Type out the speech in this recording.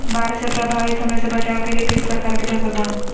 बाढ़ से प्रभावित होने से बचाव के लिए किस प्रकार की फसल बोए?